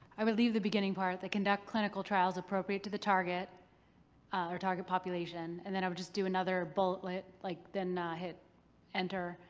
i would leave the beginning part, the conduct clinical trials appropriate to the target or target population, and then i would just do another bullet, like then hit enter,